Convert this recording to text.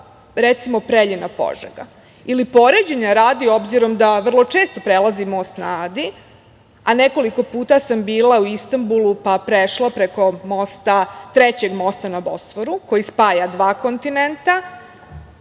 recimo Preljina-Požega ili, poređenja radi, s obzirom da vrlo često prelazim Most na Adi, a nekoliko puta sam bila u Istanbulu, pa prešla preko trećeg mosta na Bosforu koji spaja dva kontinenta,